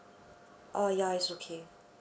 uh ya it's okay